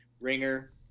ringer